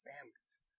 families